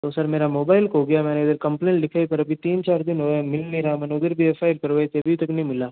तो सर मेरा मोबाईल खो गया मैंने इधर कंप्लेंट लिखाई पर अभी तीन चार दिन हुए मिल नहीं रहा मैंने उधर भी एफ आई आर करवाई थी अभी तक नहीं मिला